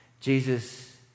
Jesus